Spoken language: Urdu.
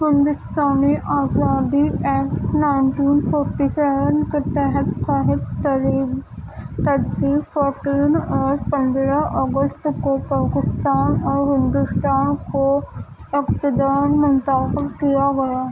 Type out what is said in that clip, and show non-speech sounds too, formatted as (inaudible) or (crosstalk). ہندوستانی آزادی ایکٹ نائٹین فورٹی سیون کے تحت (unintelligible) ترتیب فورٹین اور پندرہ اگست کو پاکستان اور ہندوستان کو اقتدار منتقل کیا گیا